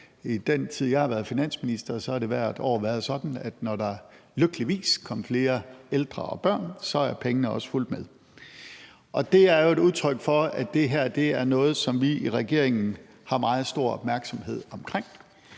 I den tid, jeg har været finansminister, har det hvert år været sådan, at når der lykkeligvis kom flere ældre og børn, er pengene også fulgt med. Og det er jo et udtryk for, at det her er noget, som vi i regeringen har meget stor opmærksomhed omkring: